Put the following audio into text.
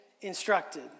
instructed